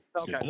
Okay